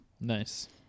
Nice